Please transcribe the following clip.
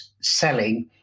selling